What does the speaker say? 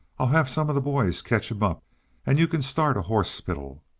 i'll have some ah the boys ketch him up and you can start a horsepital!